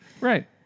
right